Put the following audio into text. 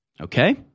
Okay